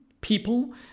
people